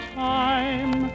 time